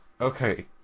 Okay